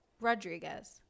Rodriguez